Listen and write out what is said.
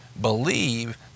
believe